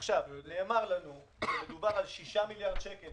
עכשיו, נאמר לנו שמדובר על 6 מיליארד שקלים.